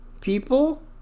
people